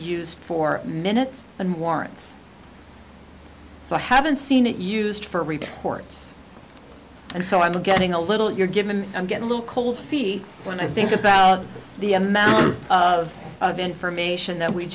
used for minutes and warrants so i haven't seen it used for reports and so i'm getting a little you're given i'm get a little cold feet when i think about the amount of information that we